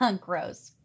Gross